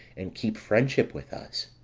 and keep friendship with us.